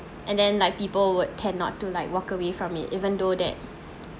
and then like people would tend not to like walk away from it even though that